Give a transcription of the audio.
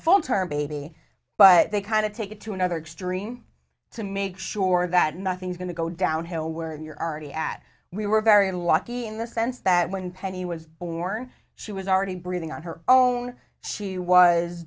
full term baby but they kind of take it to another extreme to make sure that nothing is going to go downhill where you're already at we were very lucky in the sense that when penny was born she was already breathing on her own she